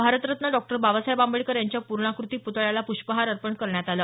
Bharat Ratna Dr Babasaheb Ambedkar यांच्या पूर्णाकृती प्तळ्याला प्ष्पहार अपर्ण करण्यात आला